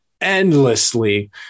endlessly